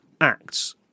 acts